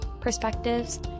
perspectives